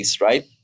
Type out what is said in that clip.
right